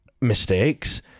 mistakes